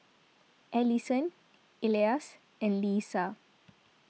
Allyson Elias and Leisa